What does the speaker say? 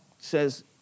says